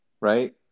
right